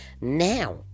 Now